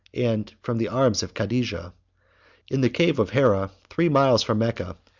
and from the arms of cadijah in the cave of hera, three miles from mecca,